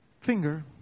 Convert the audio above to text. finger